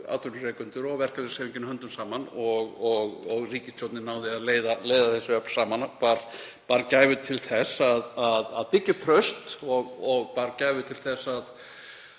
og verkalýðshreyfingin höndum saman og ríkisstjórnin náði að leiða þessi öfl saman, bar gæfu til þess að byggja upp traust og bar gæfu til þess að